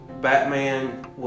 Batman